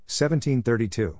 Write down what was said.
1732